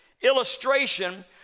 illustration